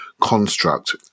construct